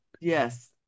Yes